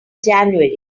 january